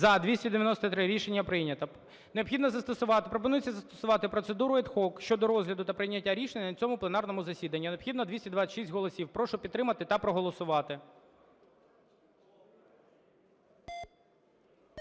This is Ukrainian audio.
застосувати, пропонується застосувати процедуру ad hoc щодо розгляду та прийняття рішення на цьому пленарному засіданні. Необхідно 226 голосів. Прошу підтримати та проголосувати,